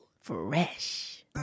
fresh